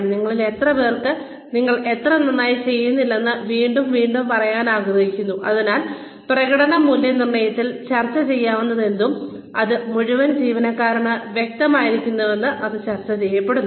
നിങ്ങളിൽ എത്രപേർക്ക് നിങ്ങൾ ഇത് അത്ര നന്നായി ചെയ്യുന്നില്ലെന്ന് വീണ്ടും വീണ്ടും പറയാൻ ആഗ്രഹിക്കുന്നു അല്ലെങ്കിൽ പ്രകടന മൂല്യനിർണ്ണയത്തിൽ ചർച്ചചെയ്യുന്നതെന്തും അത് മുഴുവൻ ജീവനക്കാരന് വ്യക്തമായിരുന്നുവെങ്കിൽ അത് ചർച്ച ചെയ്യപ്പെടുന്നു